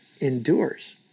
endures